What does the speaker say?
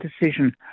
decision